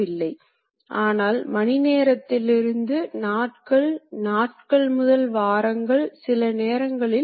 விரைவான உற்பத்திக்கு நாம் அதிக ஆழமான வெட்டுக்களை மற்றும் அதிக ஊட்டங்களைக் கொடுக்க முடியும்